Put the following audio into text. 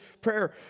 prayer